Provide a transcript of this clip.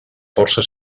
força